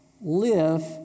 live